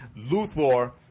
Luthor